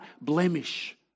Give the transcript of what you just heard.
blemish